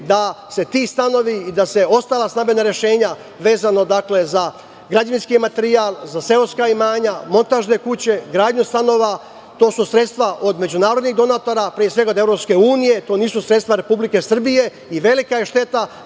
da se ti stanovi i da se ostala stambena rešenja, vezano, dakle, za građevinski materijal, za seoska imanja, montažne kuće, gradnju stanova… To su sredstva od međunarodnih donatora, pre svega od EU, to nisu sredstva Republike Srbije i velika je šteta